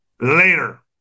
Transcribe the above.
Later